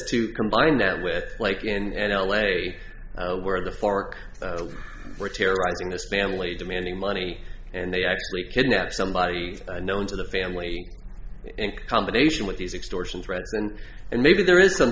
to combine that with like in l a where the fork were terrorizing this family demanding money and they actually kidnap somebody known to the family in combination with these extortion threats and and maybe there is some